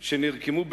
שנרקמו,